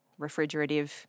refrigerative